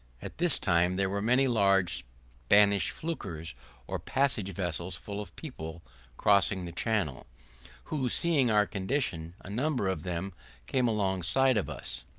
at this time there were many large spanish flukers or passage-vessels full of people crossing the channel who seeing our condition, a number of them came alongside of us.